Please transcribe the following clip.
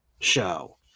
show